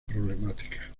problemática